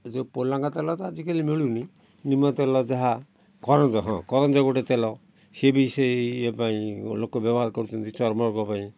ଯେଉଁ ପୋଲାଙ୍ଗ ତେଲ ତ ଆଜିକାଲି ମିଳୁନି ନିମ ତେଲ ଯାହା କରଞ୍ଜ ହଁ କରଞ୍ଜ ଗୋଟେ ତେଲ ସିଏ ବି ସିଏ ଇଏ ପାଇଁ ଲୋକ ବ୍ୟବହାର କରୁଛନ୍ତି ଚର୍ମ ରୋଗ ପାଇଁ